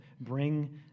bring